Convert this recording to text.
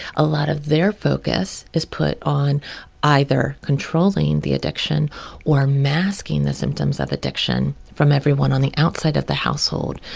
a lot of their focus is put on either controlling the addiction or masking the symptoms of addiction from everyone on the outside of the household.